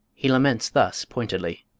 he laments thus pointedly